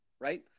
right